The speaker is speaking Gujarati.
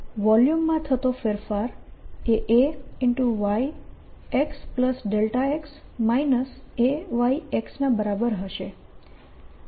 તો વોલ્યુમમાં થતો ફેરફાર એ A yxx A yx ના બરાબર હશે